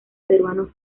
peruano